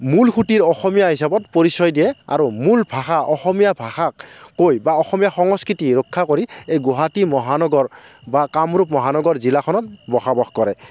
মূল সুঁতিৰ অসমীয়া হিচাপত পৰিচয় দিয়ে আৰু মূল ভাষা অসমীয়া ভাষাক কৈ বা অসমীয়া সংস্কৃতিক ৰক্ষা কৰি এই গুৱাহাটী মহানগৰ বা কামৰূপ মহানগৰ জিলাখনত বসবাস কৰে